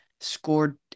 scored